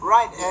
Right